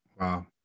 wow